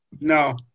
No